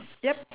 yup